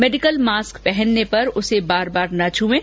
medical mask पहनने पर उसे बार बार न छूये